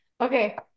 Okay